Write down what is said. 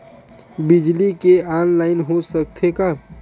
बिजली के ऑनलाइन हो सकथे का?